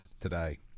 today